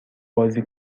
بازی